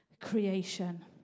creation